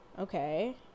Okay